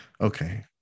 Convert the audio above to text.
okay